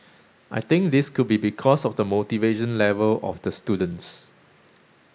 I think this could be because of the motivation level of the students